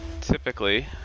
typically